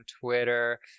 Twitter